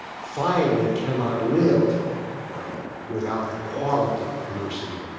finally, cannot live without the quality of mercy.